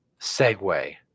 segue